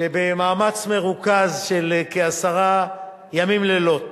שבמאמץ מרוכז של כעשרה ימים ולילות